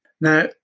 Now